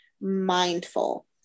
mindful